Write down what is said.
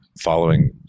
following